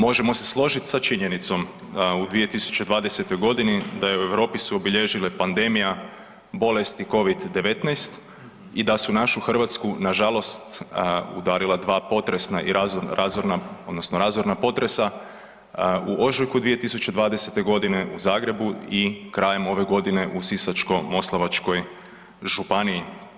Možemo se složiti sa činjenicom u 2020. godini da u Europi su obilježile pandemija, bolest covid-19 i da su našu Hrvatsku na žalost udarila dva potresna i razorna, odnosno razorna potresa u ožujku 2020. godine, u Zagrebu i krajem ove godine u Sisačko-moslavačkoj županiji.